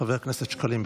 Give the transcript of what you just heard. חבר הכנסת שקלים.